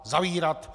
Zavírat!